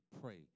pray